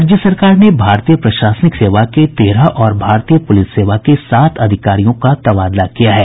राज्य सरकार ने भारतीय प्रशासनिक सेवा के तेरह और भारतीय पुलिस सेवा के सात अधिकारियों का तबादला किया है